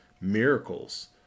miracles